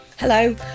Hello